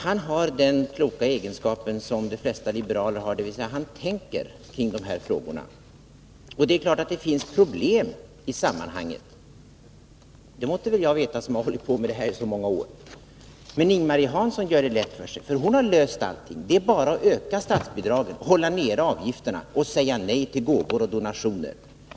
Han har den kloka egenskap som de flesta liberaler har, dvs. han tänker kring de här frågorna. Det är klart att det finns problem i sammnhanget — det måtte väl jag veta som har hållit på med detta i så många år. Men Ing-Marie Hansson gör det lätt för sig. Hon har löst alla problem. Det är bara att öka statsbidragen, hålla nere avgifterna och säga nej till gåvor och donationer.